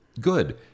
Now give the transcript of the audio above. good